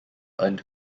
earned